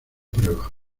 prueba